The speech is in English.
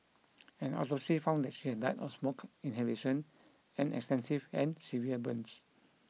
an autopsy found that she had died of smoke inhalation and extensive and severe burns